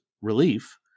relief